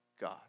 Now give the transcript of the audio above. God